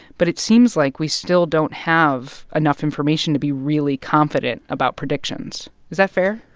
but it seems like we still don't have enough information to be really confident about predictions. is that fair?